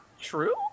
true